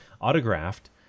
autographed